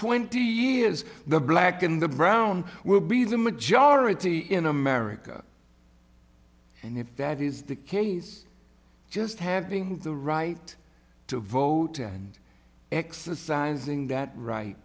twenty years the black in the brown will be the majority in america and if that is the case just having the right to vote and exercising that right